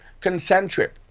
concentric